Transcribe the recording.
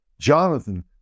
Jonathan